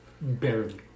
barely